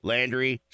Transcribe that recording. Landry